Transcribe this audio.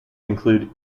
include